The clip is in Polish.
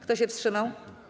Kto się wstrzymał?